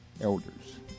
elders